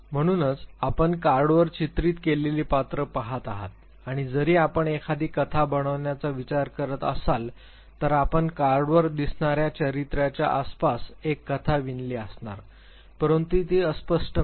म्हणूनच आपण कार्डवर चित्रित केलेली पात्रं पहात आहात आणि जरी आपण एखादी कथा बनवण्याचा विचार करत असाल तर आपण कार्डवर दिसणार्या चारित्र्याच्या आसपास एक कथा विणली असणार परंतु ती अस्पष्ट नाही